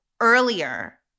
Earlier